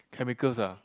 chemicals ah